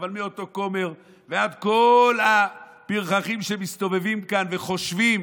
אבל מאותו כומר ועד כל הפרחחים שמסתובבים כאן וחושבים